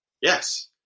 Yes